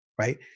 right